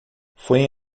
foi